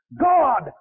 God